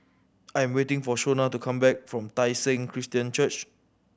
I am waiting for Shona to come back from Tai Seng Christian Church